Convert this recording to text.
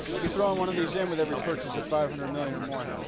be throwing one of these in with every purchase of five hundred million or more.